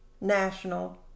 national